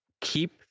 keep